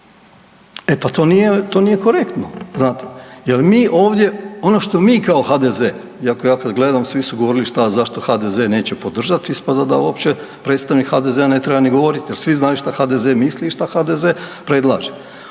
E pa to nije korektno, znate jer mi ovdje, ono što mi kao HDZ, iako ja kad gledam, svi su govorili, šta, zašto HDZ neće podržati, ispada da uopće predstavnik HDZ-a ne treba ni govoriti jer svi znaju što HDZ misli i šta HDZ predlaže.